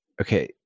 okay